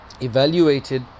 evaluated